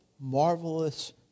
marvelous